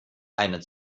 eine